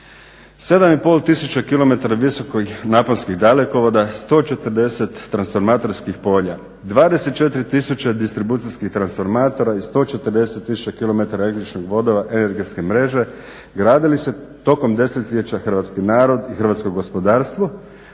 visokih naponskih dalekovoda, 140 transformatorskih polja, 24000 distribucijskih transformatora i 140000 kilometara električnih vodova energetske mreže gradili se tokom desetljeća hrvatski narod i hrvatsko gospodarstvo